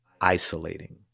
isolating